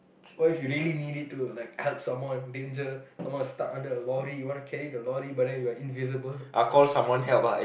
what if you really need it to like help someone danger someone stuck under a lorry you wanna carry the lorry but then you're invisible